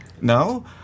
No